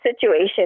situation